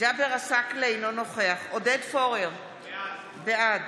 ג'אבר עסאקלה, אינו נוכח עודד פורר, בעד